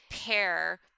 pair